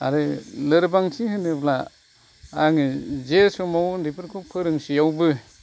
आरो लोरबांथि होनोब्ला आङो जे समाव उन्दैफोरखौ फोरोंसेआवबो